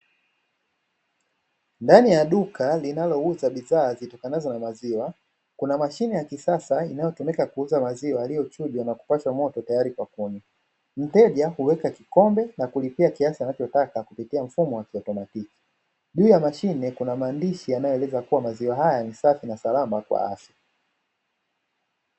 Ndani ya duka linalouza bidhaa zitokanazo na maziwa kuna mashine ya kisasa inayotumika kuuza maziwa aliyochujwa na kupashwa moto tayari kwa kunywa. Mteja huweka kikombe na kulipia kiasi anachotaka kupitia mfumo wa kiatomatiki. Juu ya mashine kuna maandishi yanayoeleza kuwa maziwa haya ni safi na salama kwa afya.